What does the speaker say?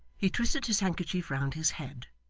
he twisted his handkerchief round his head,